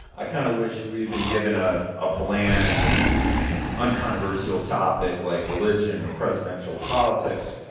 i kind of wish we had been given a ah bland and uncontroversial topic like religion or presidential politics.